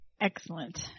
Excellent